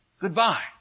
goodbye